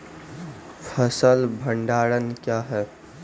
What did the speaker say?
फसल भंडारण क्या हैं?